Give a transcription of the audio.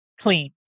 clean